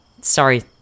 sorry